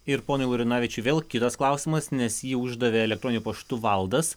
ir ponui laurinavičiui vėl kitas klausimas nes jį uždavė elektroniniu paštu valdas